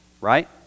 right